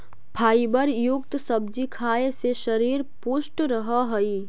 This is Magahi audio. फाइबर युक्त सब्जी खाए से शरीर पुष्ट रहऽ हइ